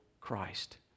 Christ